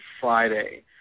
Friday